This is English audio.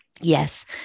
Yes